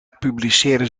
publiceren